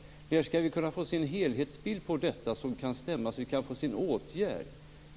När skall vi få se en helhetsbild på detta som kan stämma, så att vi kan få se en åtgärd?